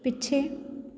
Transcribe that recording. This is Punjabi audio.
ਪਿੱਛੇ